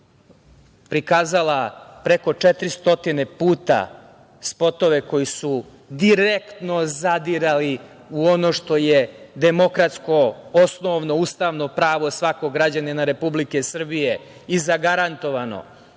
prikazala preko 400 puta spotove koji su direktno zadirali u ono što je demokratsko, osnovno, ustavno pravo svakog građanina Republike Srbije i zagarantovano